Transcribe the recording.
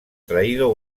traído